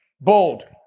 Bold